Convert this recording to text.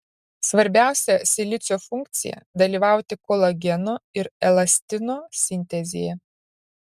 svarbiausia silicio funkcija dalyvauti kolageno ir elastino sintezėje